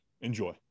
Enjoy